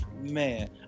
man